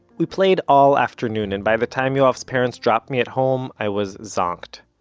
we played all afternoon, and by the time yoav's parents dropped me at home, i was zonked.